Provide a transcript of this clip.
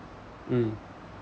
mm